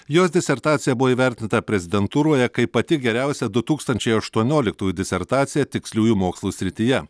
jos disertacija buvo įvertinta prezidentūroje kaip pati geriausia du tūkstančiai aštuonioliktųjų disertacija tiksliųjų mokslų srityje